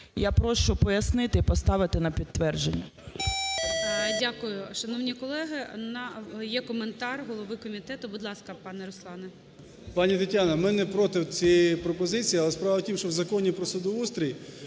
я прошу пояснити і поставити на підтвердження.